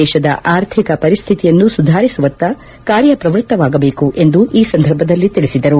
ದೇಶದ ಆರ್ಥಿಕ ಪರಿಸ್ಥಿತಿಯನ್ನು ಸುಧಾರಿಸುವತ್ತ ಕಾರ್ಯಪ್ರವೃತ್ತವಾಗಬೇಕು ಎಂದು ಅವರು ಈ ಸಂದರ್ಭದಲ್ಲಿ ತಿಳಿಸಿದರು